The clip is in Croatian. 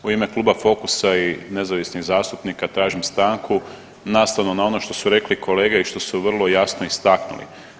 U ime Kluba Fokusa i nezavisnih zastupnika tražim stanku nastavno na ono što su rekli kolege i što su vrlo jasno istaknuli.